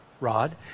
Rod